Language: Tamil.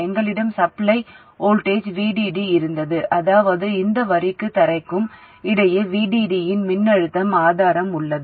எங்களிடம் சப்ளை வோல்டேஜ் VDD இருந்தது அதாவது அந்த வரிக்கும் தரைக்கும் இடையே VDD இன் மின்னழுத்த ஆதாரம் உள்ளது